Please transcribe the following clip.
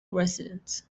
residents